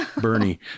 bernie